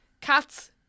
Cats